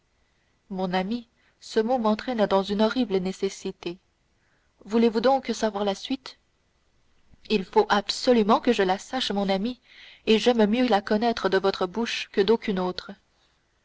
mon ami ce mot m'entraîne dans une horrible nécessité voulez-vous donc savoir la suite il faut absolument que je la sache mon ami et j'aime mieux la connaître de votre bouche que d'aucune autre